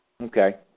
Okay